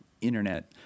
internet